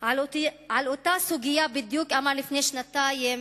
על אותה סוגיה בדיוק אמר לפני שנתיים,